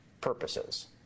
purposes